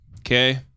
Okay